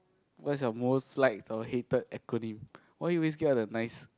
what is your most liked or hated acronym why you always get all the nice